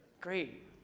Great